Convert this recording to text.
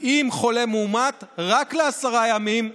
עם חולה מאומת רק לעשרה ימים.